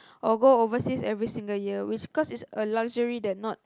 or go overseas every single year which cause it's a luxury that not